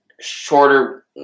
shorter